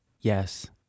Yes